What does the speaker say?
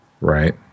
Right